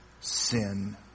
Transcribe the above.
sin